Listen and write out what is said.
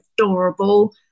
adorable